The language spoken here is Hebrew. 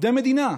עובדי מדינה,